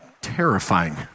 terrifying